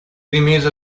rimise